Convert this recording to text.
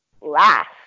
last